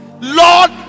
Lord